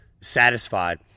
satisfied